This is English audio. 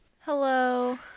Hello